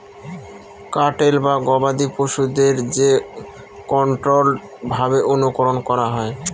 cattle বা গবাদি পশুদের যে কন্ট্রোল্ড ভাবে অনুকরন করা হয়